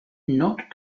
not